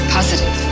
Positive